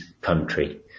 country